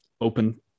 open